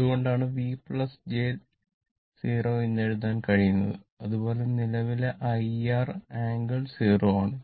അതുകൊണ്ടാണ് നമുക്ക് V j 0 എന്ന് എഴുതാൻ കഴിയുന്നത് അതുപോലെ നിലവിലെ IR ആംഗിൾ 0 ആണ്